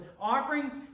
offerings